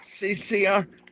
CCR